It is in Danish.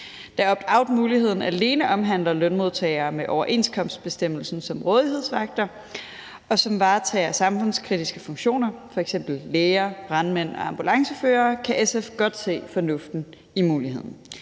Da optoutmuligheden alene omhandler lønmodtagere med overenskomstbestemmelse om rådighedsvagter, som varetager samfundskritiske funktioner, f.eks. læger, brandmænd og ambulanceførere, kan SF godt se fornuften i muligheden.